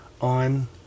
on